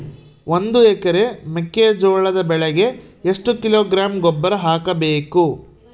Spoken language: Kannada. ಒಂದು ಎಕರೆ ಮೆಕ್ಕೆಜೋಳದ ಬೆಳೆಗೆ ಎಷ್ಟು ಕಿಲೋಗ್ರಾಂ ಗೊಬ್ಬರ ಹಾಕಬೇಕು?